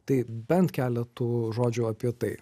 tai bent keletu žodžių apie tai